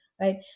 right